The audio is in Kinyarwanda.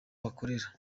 bakorera